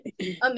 amazing